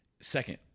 second